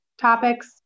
topics